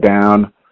down